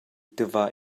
tiva